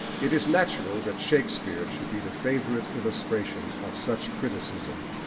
it is natural that shakespeare should be the favourite illustration of such criticism,